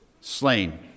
slain